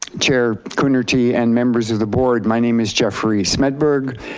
chair coonerty and members of the board, my name is jeffrey smedberg,